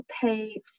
pay